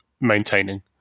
maintaining